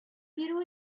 бирү